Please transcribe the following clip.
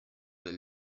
del